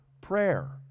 prayer